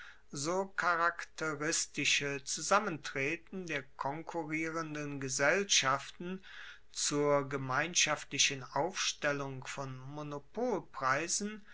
so charakteristische zusammentreten der konkurrierenden gesellschaften zur gemeinschaftlichen aufstellung von